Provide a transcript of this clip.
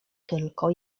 tylko